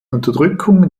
unterdrückung